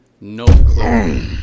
no